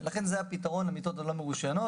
לכן, זה הפיתרון למיטות הלא מרושיינות.